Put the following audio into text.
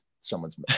Someone's